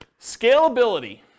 Scalability